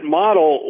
model